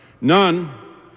None